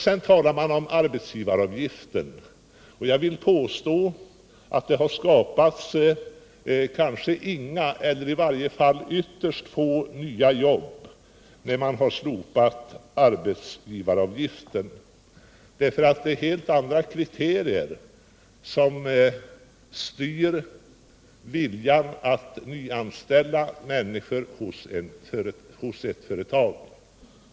Sedan talar man om arbetsgivaravgiften. Jag vill påstå att inga eller i varje fall ytterst få nya jobb har skapats till följd av att man har slopat arbetsgivaravgiften. Det är helt andra faktorer som styr viljan att nyanställa människor hos ett företag.